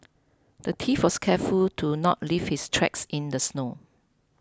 the thief was careful to not leave his tracks in the snow